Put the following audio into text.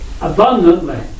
abundantly